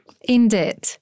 Indeed